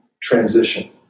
transition